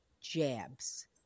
jabs